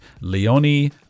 Leonie